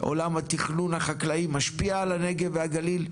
עולם התכנון החקלאי משפיע על הנגב והגליל.